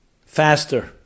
faster